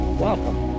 welcome